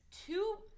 two